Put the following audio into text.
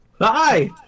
Hi